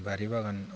बारि बागानाव